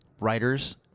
writers